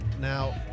now